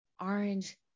orange